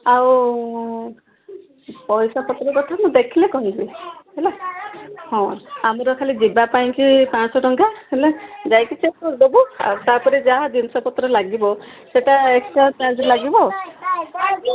ଆଉ ପଇସା ପତ୍ର କଥା ମୁଁ ଦେଖିଲେ କହିବି ହେଲା ହଁ ଆମର ଖାଲି ଯିବା ପାଇଁକି ପାଞ୍ଚଶହ ଟଙ୍କା ହେଲା ଯାଇକି ଚେକ୍ କରିଦବୁ ଆଉ ତା'ପରେ ଯାହା ଜିନିଷପତ୍ର ଲାଗିବ ସେଇଟା ଏକ୍ସଟ୍ରା ଚାର୍ଜ ଲାଗିବ ଆଉ